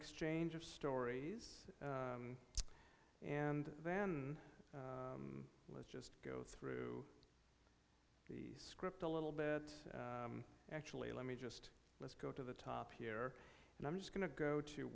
exchange of stories and then let's just go through the script a little bit actually let me just let's go to the top here and i'm just going to go to